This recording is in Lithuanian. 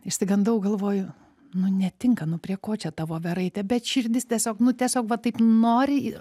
išsigandau galvoju nu netinka nu prie ko čia ta voveraitė bet širdis tiesiog nu tiesiog va taip nori